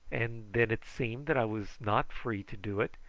and then it seemed that i was not free to do it,